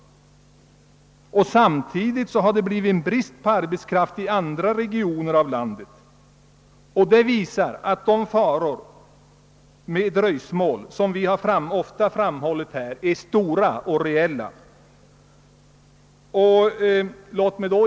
Samtidigt har det uppstått brist på arbetskraft i andra regioner av landet, vilket visar att de av oss ofta påpekade farorna av dröjsmål är stora och reella.